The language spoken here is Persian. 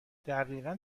دقیقا